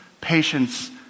patience